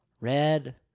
Red